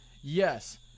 Yes